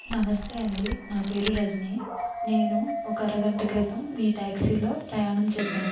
నమస్తే అండి నా పేరు రజిని నేను ఒక అరగంట క్రితం మీ ట్యాక్సీలో ప్రయాణం చేశాను